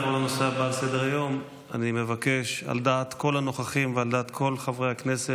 על דעת כל הנוכחים ועל דעת כל חברי הכנסת,